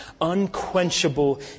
unquenchable